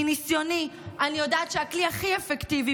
מניסיוני אני יודעת שהכלי הכי אפקטיבי